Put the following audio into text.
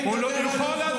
הוא לא יכול לדבר.